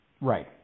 Right